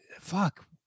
fuck